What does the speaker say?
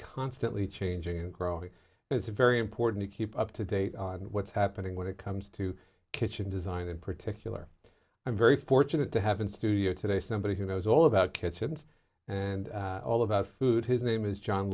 constantly changing and growing and it's very important to keep up to date on what's happening when it comes to kitchen design in particular i'm very fortunate to have in studio today somebody who knows all about kitchens and all about food his name is john